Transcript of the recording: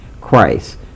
Christ